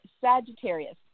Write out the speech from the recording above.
Sagittarius